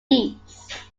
east